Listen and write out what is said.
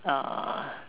uh